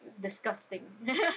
disgusting